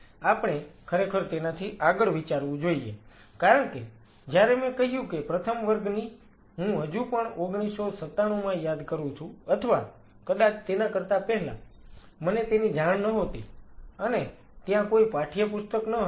આપણે ખરેખર તેનાથી આગળ વિચારવું જોઈએ કારણ કે જ્યારે મેં પ્રથમ વર્ગમાં કહ્યું કે હું હજુ પણ 1997 માં યાદ કરું છું અથવા કદાચ તેના કરતા પહેલા મને તેની જાણ નહોતી અને ત્યાં કોઈ પાઠ્યપુસ્તક ન હતા